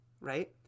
right